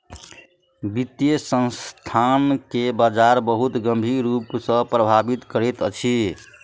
वित्तीय संस्थान के बजार बहुत गंभीर रूप सॅ प्रभावित करैत अछि